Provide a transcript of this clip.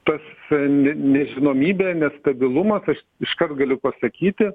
tas ne nežinomybe nestabilumas aš iškart galiu pasakyti